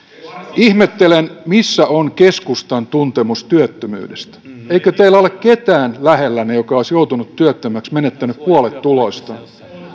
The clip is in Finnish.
ihmettelen missä on keskustan tuntemus työttömyydestä eikö teillä ole ketään lähellänne joka olisi joutunut työttömäksi menettänyt puolet tuloistaan